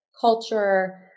culture